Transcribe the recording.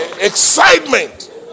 Excitement